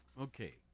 Okay